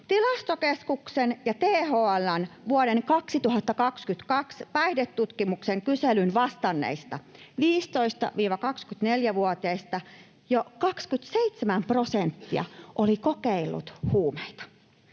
Tilastokeskuksen ja THL:n vuoden 2022 päihdetutkimuksen kyselyyn vastanneista 15—24-vuotiaista jo 27 prosenttia oli kokeillut huumeita.